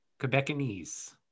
Quebecanese